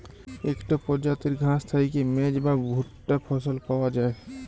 ইকট পরজাতির ঘাঁস থ্যাইকে মেজ বা ভুট্টা ফসল পাউয়া যায়